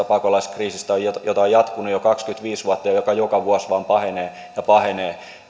pakolaiskriisistä jota jota on jatkunut jo kaksikymmentäviisi vuotta ja joka joka vuosi vain pahenee ja pahenee